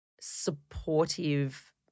supportive